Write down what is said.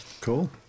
Cool